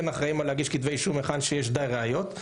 אחראיים על הגשת כתבי אישום היכן שיש דיי ראיות.